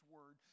Word